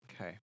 Okay